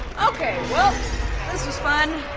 okay, well this was fun.